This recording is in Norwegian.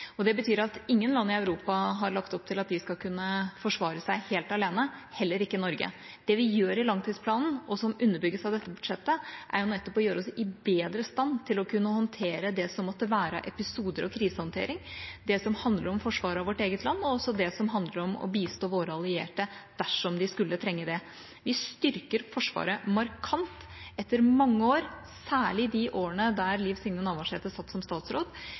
Det betyr at ingen land i Europa har lagt opp til at de skal kunne forsvare seg helt alene, heller ikke Norge. Det vi gjør i langtidsplanen, og som underbygges av dette budsjettet, er nettopp å gjøre oss i bedre stand til å kunne håndtere det som måtte være av episoder og krisehåndtering, det som handler om forsvaret av vårt eget land, og også det som handler om å bistå våre allierte dersom de skulle trenge det. Vi styrker Forsvaret markant etter mange år, særlig de årene da Liv Signe Navarsete satt som statsråd.